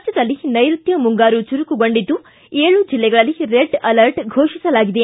ರಾಜ್ಯದಲ್ಲಿ ನೈರುತ್ತ ಮುಂಗಾರು ಚುರುಕುಗೊಂಡಿದ್ದು ಏಳು ಜಿಲ್ಲೆಗಳಲ್ಲಿ ರೆಡ್ ಅಲರ್ಟ್ ಘೋಷಿಸಲಾಗಿದೆ